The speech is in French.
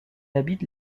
habite